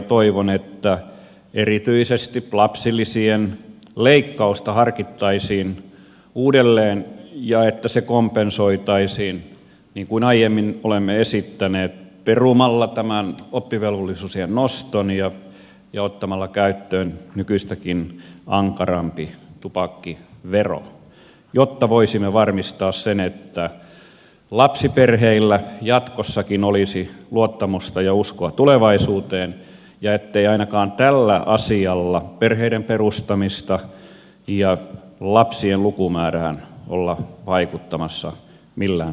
toivon että erityisesti lapsilisien leikkausta harkittaisiin uudelleen ja että se kompensoitaisiin niin kuin aiemmin olemme esittäneet perumalla tämä oppivelvollisuusiän nosto ja ottamalla käyttöön nykyistäkin ankarampi tupakkivero jotta voisimme varmistaa sen että lapsiperheillä jatkossakin olisi luottamusta ja uskoa tulevaisuuteen ja ettei ainakaan tällä asialla perheiden perustamiseen ja lapsien lukumäärään olla vaikuttamassa millään tavalla